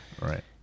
Right